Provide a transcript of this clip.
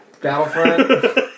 Battlefront